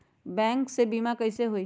Bank से बिमा कईसे होई?